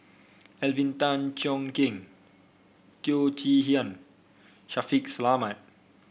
Alvin Tan Cheong Kheng Teo Chee Hean Shaffiq Selamat